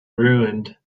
ruined